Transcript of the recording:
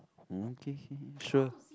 okay k sure